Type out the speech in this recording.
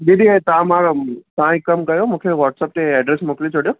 दीदी ऐं तव्हां माना तव्हां हिकु कम कयो व्हाटसप ते एड्रेस मोकिले छॾियो